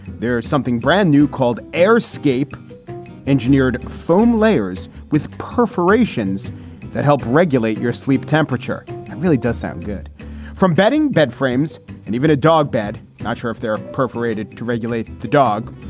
there is something brand new called air escape engineered foam layers with perforations that help regulate your sleep temperature. it really does sound good from bedding, bed frames and even a dog bed. not sure if they're perforated to regulate the dog,